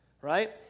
right